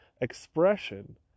expression